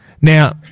Now